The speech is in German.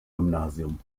gymnasium